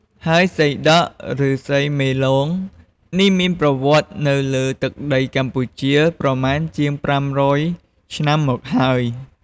ហើយសីដក់ និង សីមេលោងនេះមានប្រវត្តិនៅលើទឹកដីកម្ពុជាប្រមាណជាង ៥០០ឆ្នាំមកហើយ ។